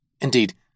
Indeed